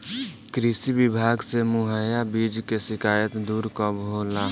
कृषि विभाग से मुहैया बीज के शिकायत दुर कब होला?